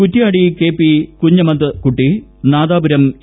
Kuttiadi K P Kunhammad Kutty Nadapuram E